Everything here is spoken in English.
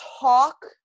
talk